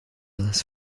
this